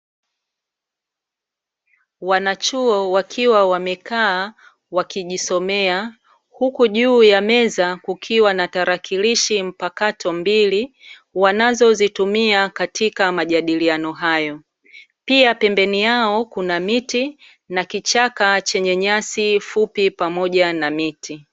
Wanachuo wakiwa wamekaa wakijisomea huku juu ya meza kukiwa na tarakilishi mpakato mbili, wanazozitumia katika majadiliano hayo. Pia, pembeni yao kuna miti na kichaka chenye nyasi fupi, pamoja na miti.